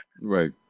Right